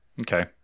Okay